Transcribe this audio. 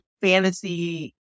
fantasy